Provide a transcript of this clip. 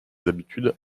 habitudes